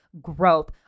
growth